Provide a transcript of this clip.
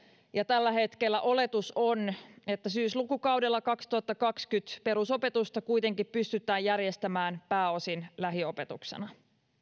ja tällä hetkellä oletus on että syyslukukaudella kaksituhattakaksikymmentä perusopetusta kuitenkin pystytään järjestämään pääosin lähiopetuksena